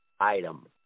item